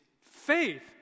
faith